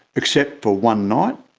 except for one night.